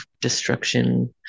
destruction